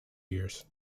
years